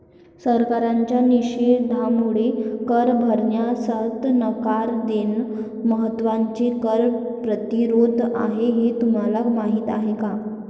सरकारच्या निषेधामुळे कर भरण्यास नकार देणे म्हणजे कर प्रतिरोध आहे हे तुम्हाला माहीत आहे का